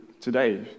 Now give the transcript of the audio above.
today